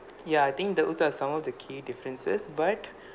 ya I think those are some of the key differences but